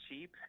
cheap